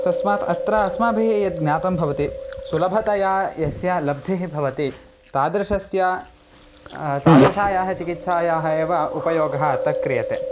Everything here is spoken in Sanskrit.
तस्मात् अत्र अस्माभिः यद् ज्ञातं भवति सुलभतया यस्य लब्धिः भवति तादृशस्य तादृशायाः चिकित्सायाः एव उपयोगः अत्र क्रियते